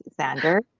Xander